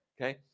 Okay